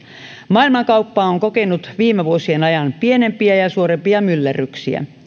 maailmankauppa on kokenut viime vuosien ajan pienempiä ja ja suurempia myllerryksiä